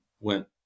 went